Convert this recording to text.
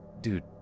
Dude